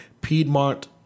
Piedmont